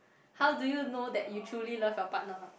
how do know that you truly love your partner